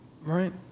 right